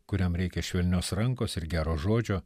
kuriam reikia švelnios rankos ir gero žodžio